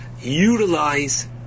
utilize